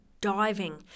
diving